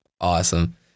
Awesome